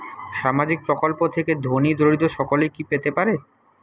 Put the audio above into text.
সামাজিক প্রকল্প থেকে ধনী দরিদ্র সকলে কি পেতে পারে?